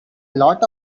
lot